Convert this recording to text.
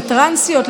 לטרנסיות,